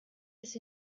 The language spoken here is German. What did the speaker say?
ist